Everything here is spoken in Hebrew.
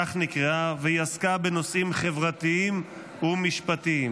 כך נקראה, והיא עסקה בנושאים חברתיים ומשפטיים.